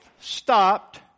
stopped